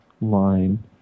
line